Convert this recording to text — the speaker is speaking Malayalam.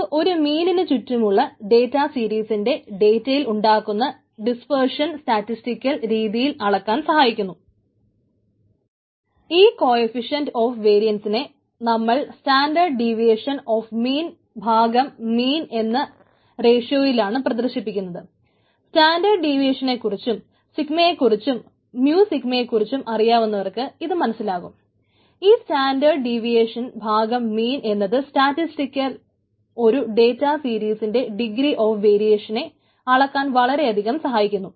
അത് ഒരു മീനിനു അളക്കാൻ വളരെയധികം സഹായിക്കുന്നു